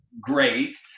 great